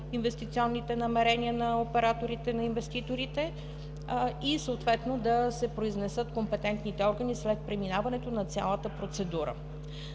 инвестиционните намерения на операторите, на инвеститорите и съответно да се произнесат компетентните органи след преминаването на цялата процедура.